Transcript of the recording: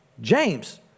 James